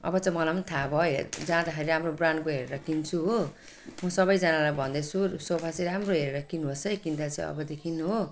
अब चाहिँ मलाई थाहा भयो जाँदाखेरि राम्रो ब्रान्डको हेरेर किन्छु हो म सबजनालाई भन्दैछु सोफा चाहिँ राम्रो हेरेर किन्नु होस् है किन्दा चाहिँ अबदेखि हो